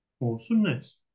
Awesomeness